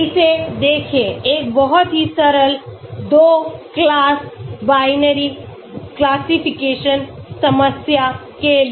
इसे देखें एक बहुत ही सरल 2 क्लास बाइनरी classification समस्या के लिए